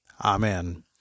Amen